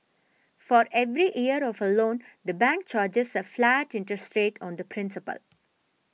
for every year of a loan the bank charges a flat interest rate on the principal